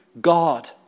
God